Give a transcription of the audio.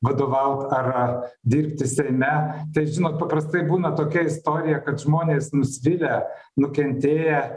vadovaut ar ar dirbti seime tai žinot paprastai būna tokia istorija kad žmonės nusvilę nukentėję